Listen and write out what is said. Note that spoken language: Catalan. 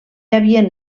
havien